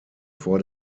vor